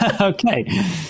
Okay